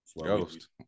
Ghost